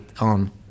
on